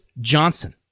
Johnson